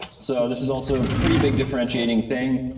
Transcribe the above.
so this is also pretty big differentiating thing.